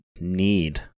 need